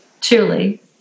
truly